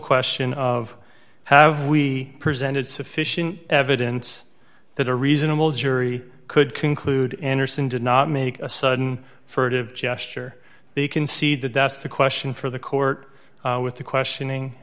question of have we presented sufficient evidence that a reasonable jury could conclude andersen did not make a sudden furtive gesture they can see that that's the question for the court with the